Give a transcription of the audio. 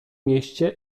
mieście